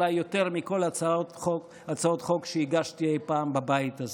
אולי יותר מכל הצעות החוק שהגשתי אי פעם בבית הזה,